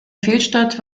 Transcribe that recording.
fehlstart